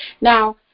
Now